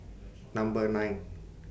Number nine